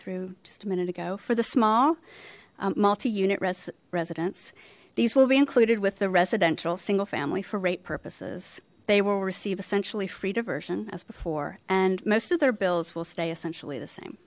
through just a minute ago for the small multi unit residents these will be included with the residential single family for rate purposes they will receive essentially free diversion as before and most of their bills will stay essentially the same